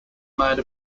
made